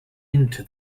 into